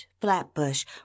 Flatbush